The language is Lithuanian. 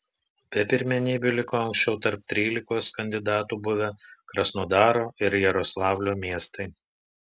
be pirmenybių liko anksčiau tarp trylikos kandidatų buvę krasnodaro ir jaroslavlio miestai